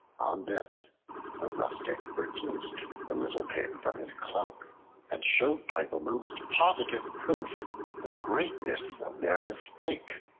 on this the rustic produced the little pig from his cloak and showed by the most positive proof the greatness of their mistake.